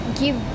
give